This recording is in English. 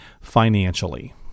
financially